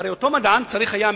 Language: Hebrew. הרי אותו מדען צריך היה,